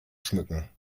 schmücken